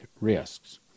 risks